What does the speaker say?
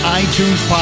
iTunes